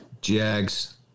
Jags